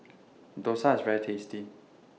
Dosa IS very tasty